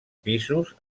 pisos